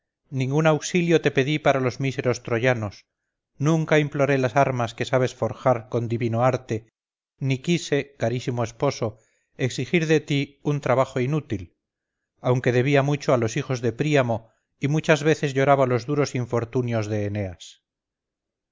ningún auxilio te pedí para los míseros troyanos nunca imploré las armas que sabes forjar con divino arte ni quise carísimo esposo exigir de ti un trabajo inútil aunque debía mucho a los hijos de príamo y muchas veces lloraba los duros infortunios de